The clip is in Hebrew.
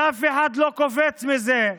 ואף אחד לא קופץ מזה?